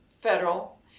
federal